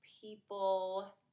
people